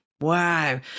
Wow